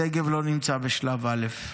שגב לא נמצא בשלב א',